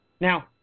Now